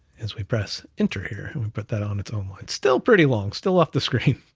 is we press enter here, and we put that on its own line, still pretty long still off the screen,